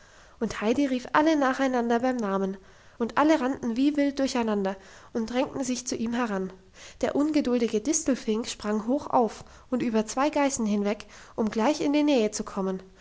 und heidi rief alle nacheinander beim namen und alle rannten wie wild durcheinander und drängten sich zu ihm heran der ungeduldige distelfink sprang hoch auf und über zwei geißen weg um gleich in die nähe zu kommen